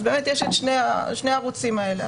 אז יש את שני הערוצים האלה,